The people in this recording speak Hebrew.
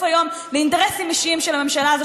היום לאינטרסים אישיים של הממשלה הזאת,